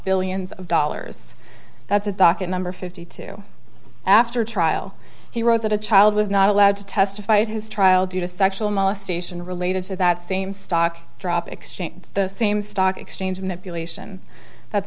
billions of dollars that's a docket number fifty two after trial he wrote that a child was not allowed to testify at his trial due to sexual molestation related to that same stock drop exchange the same stock exchange man